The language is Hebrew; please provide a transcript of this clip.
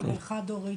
וחד-הורית?